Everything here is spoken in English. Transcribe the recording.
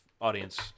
audience